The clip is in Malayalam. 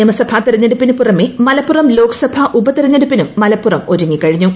നിയമസഭാ തെരഞ്ഞെടുപ്പിന് പുറമേ മലപ്പുറം ലോക്സഭാ ഉപതെരഞ്ഞെടുപ്പിനും മലപ്പുറം ഒരുങ്ങിക്കഴിഞ്ഞു